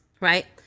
Right